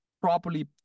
properly